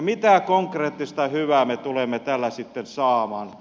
mitä konkreettista hyvää me tulemme tällä sitten saamaan